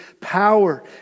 power